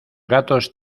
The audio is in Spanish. gatos